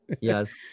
Yes